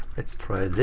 let's try